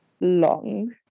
long